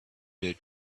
their